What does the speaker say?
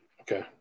Okay